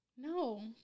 No